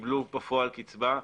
וקיבלו בפועל קצבה,